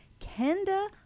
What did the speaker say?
Kenda